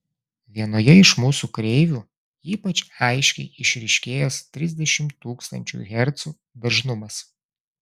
vienoje iš mūsų kreivių ypač aiškiai išryškėjęs trisdešimt tūkstančių hercų dažnumas